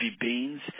beans